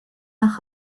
nach